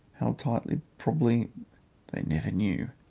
how tightly probably they never knew.